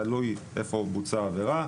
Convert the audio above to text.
תלוי איפה בוצעה העבירה.